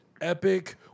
epic